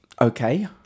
okay